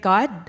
God